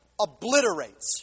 obliterates